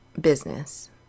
business